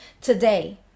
today